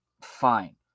Fine